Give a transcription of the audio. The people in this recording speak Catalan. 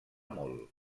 molt